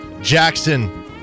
Jackson